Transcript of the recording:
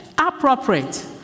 appropriate